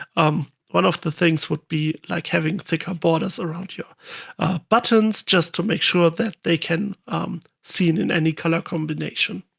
um one of the things would be like having thicker borders around your buttons just to make sure that they can be seen in any color combination,